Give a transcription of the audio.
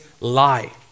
lie